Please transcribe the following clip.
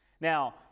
Now